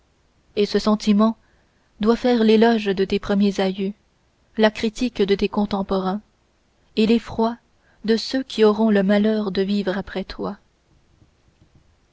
et ce sentiment doit faire l'éloge de tes premiers aïeux la critique de tes contemporains et l'effroi de ceux qui auront le malheur de vivre après toi